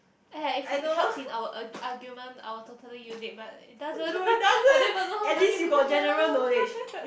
ya if it helps in our ar~ argument I will totally use it but it doesn't I don't even know how does it even help